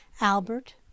Albert